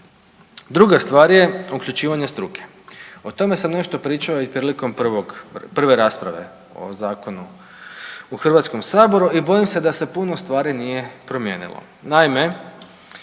Druga stvar je uključivanje struke. O tome sam nešto pričao i prilikom prve rasprave o zakonu u Hrvatskom saboru i bojim se da se puno stvari nije promijenilo.